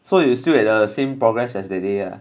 so you still at the same progress as that day